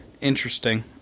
Interesting